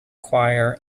choir